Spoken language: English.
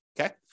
Okay